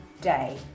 day